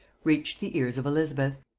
reached the ears of elizabeth.